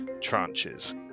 tranches